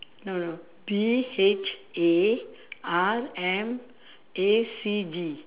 no no P H A R M A C G